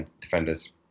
defenders